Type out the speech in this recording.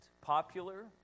popular